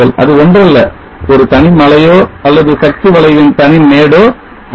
அது ஒன்றல்ல அது தனி மலையோ அல்லது சக்தி வளைவின் தனி மேடோ அல்ல